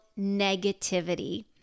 negativity